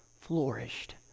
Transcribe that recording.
flourished